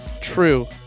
True